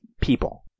people